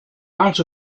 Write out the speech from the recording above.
out